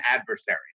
adversary